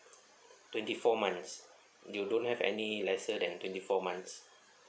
twenty four months you don't have any lesser than twenty four months